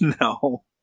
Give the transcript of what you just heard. No